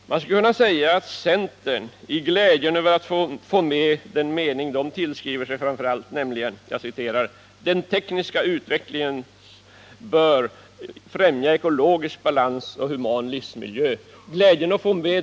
Man skulle kunna säga att centern, i glädjen över att få med den mening de framför allt tillskriver sig, accepterar trebetygsuppsatser som riktlinjer för rikets näringspolitik.